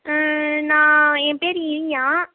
ஆ நான் என் பேர் இனியா